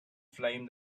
flame